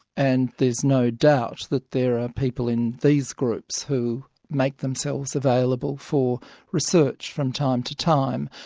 and there's no doubt that there are people in these groups who make themselves available for research from time to time,